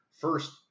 first